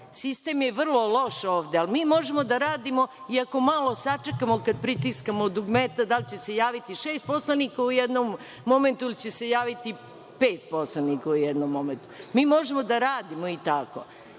Sistem je vrlo loš ovde, ali mi možemo da radimo i ako malo sačekamo kad pritiskamo dugmeta da li će se javiti šest poslanika u jednom momentu, ili će se javiti pet poslanika u jednom momentu. Mi možemo da radimo i tako. Lažna